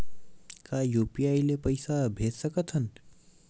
का यू.पी.आई ले पईसा भेज सकत हन?